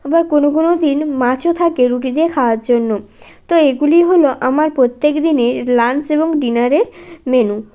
আবার কোনো কোনো দিন মাছও থাকে রুটি দিয়ে খাওয়ার জন্য তো এগুলিই হল আমার প্রত্যেক দিনের লাঞ্চ এবং ডিনারের মেনু